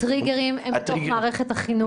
הטריגרים הם בתוך מערכת החינוך.